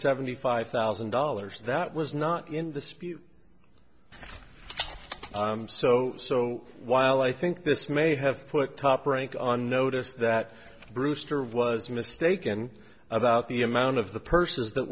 seventy five thousand dollars that was not in dispute so so while i think this may have put top rank on notice that brewster was mistaken about the amount of the person is that